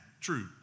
true